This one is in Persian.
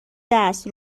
درس